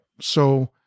So-